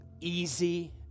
easy